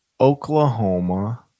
Oklahoma